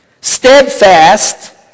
steadfast